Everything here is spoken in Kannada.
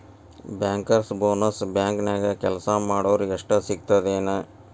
ಬ್ಯಾಂಕರ್ಸ್ ಬೊನಸ್ ಬ್ಯಾಂಕ್ನ್ಯಾಗ್ ಕೆಲ್ಸಾ ಮಾಡೊರಿಗಷ್ಟ ಸಿಗ್ತದೇನ್?